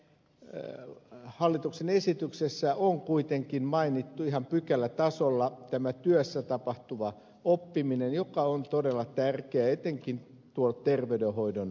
huomasin että hallituksen esityksessä on kuitenkin mainittu ihan pykälätasolla työssä tapahtuva oppiminen joka on todella tärkeää etenkin terveydenhoidon alueella